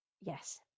Yes